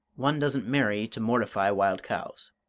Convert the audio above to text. one doesn't marry to mortify wild cows.